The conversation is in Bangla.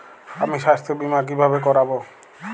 আমি স্বাস্থ্য বিমা কিভাবে করাব?